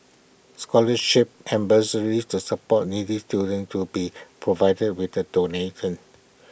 scholarships and bursaries to support needy students to be provided with the donation